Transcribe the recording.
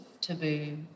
taboo